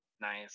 Nice